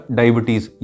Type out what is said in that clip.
diabetes